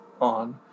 on